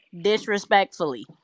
disrespectfully